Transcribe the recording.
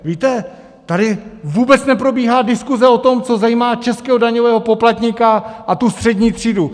Víte, tady vůbec neprobíhá diskuse o tom, co zajímá českého daňového poplatníka a tu střední třídu.